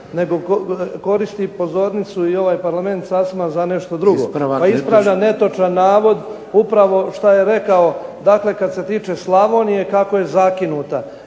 nego koristi pozornicu i ovaj parlament sasma za nešto drugo. Pa ispravljam netočan navod upravo što je rekao kad se tiče Slavonije kako je zakinuta.